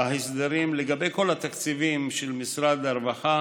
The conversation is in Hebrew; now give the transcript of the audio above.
בהסדרים לגבי כל התקציבים של משרד הרווחה